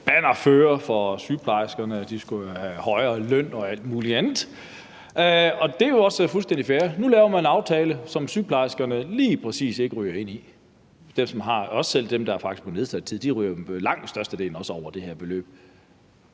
bannerfører for sygeplejerskerne – de skulle jo have højere løn og alt muligt andet – og det er jo også fuldstændig fair, men nu laver man en aftale, som sygeplejerskerne lige præcis ikke ryger ind i; selv dem, der er på nedsat tid, ryger for langt størstedelens vedkommende også over det her beløb.